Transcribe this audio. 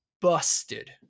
busted